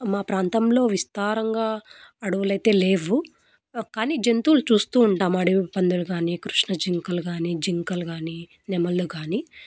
మా ప్రాంతంలో విస్తారంగా అడవులయితే లేవు కానీ జంతువులు చూస్తూ ఉంటాము అడవి పందులు కానీ కృష్ణజింకలు కానీ జింకలు కానీ నెమళ్ళు కానీ